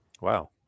Wow